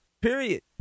period